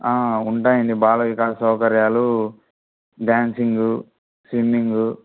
ఉంటాయండి బాల వికాస్ సౌకర్యాలు dancing swimming